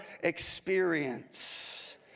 experience